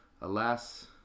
alas